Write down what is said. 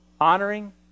honoring